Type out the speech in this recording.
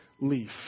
leaf